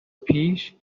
پیش